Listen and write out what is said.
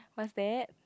what's that